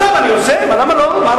עכשיו אני עושה, למה לא?